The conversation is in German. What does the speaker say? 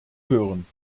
hören